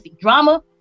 drama